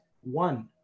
one